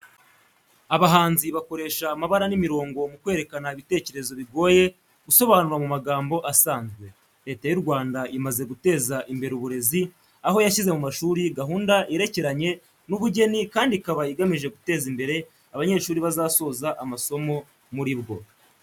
Abahanzi bakoresha amabara n'imirongo mu kwerekana ibitekerezo bigoye gusobanura mu magambo asanzwe. Leta y'u Rwanda imaze guteza imbere uburezi, aho yashyize mu mashuri gahunda yerekeranye n'ubugeni kandi ikaba igamije guteza imbere abanyeshuri bazasoza amasomo muri bwo.